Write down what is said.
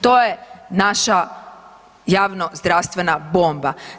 To je naša javno zdravstvena bomba.